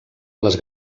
les